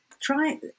try